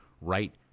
right